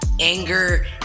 anger